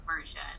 version